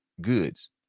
goods